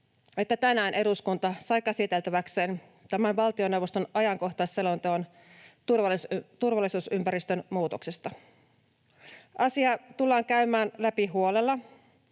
että tänään eduskunta sai käsiteltäväkseen tämän valtioneuvoston ajankohtaisselonteon turvallisuusympäristön muutoksesta. Asia tullaan käymään läpi huolella,